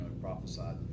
prophesied